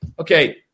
Okay